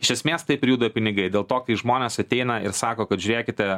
iš esmės taip ir juda pinigai dėl to kai žmonės ateina ir sako kad žiūrėkite